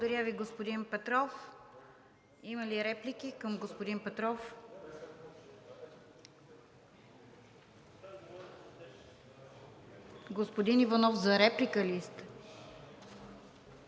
Благодаря Ви, господин Петров. Има ли реплики към господин Петров? Господин Иванов, за реплика ли сте?